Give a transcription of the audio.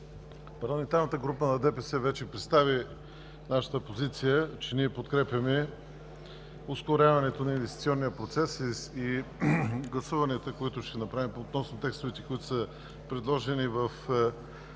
Парламентарната група на ДПС вече представи нашата позиция, че ние подкрепяме ускоряването на инвестиционния процес и гласуванията, които ще направим относно текстовете, които са предложени в